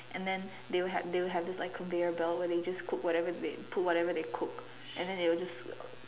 and then they will have they will have this like conveyor belt where they just cook whatever they put whatever they cook and then they will just